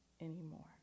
anymore